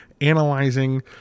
analyzing